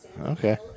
Okay